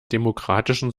demokratischen